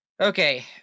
Okay